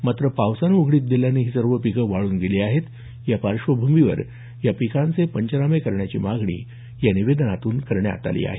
मात्र पावसानं उघडीप दिल्यानं ही सर्व पिके वाळून गेली आहेत या पार्श्वभूमीवर या पिकांचे पंचनामे करण्याची मागणी या निवेदनात करण्यात आली आहे